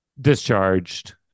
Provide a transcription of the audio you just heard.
discharged